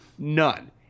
None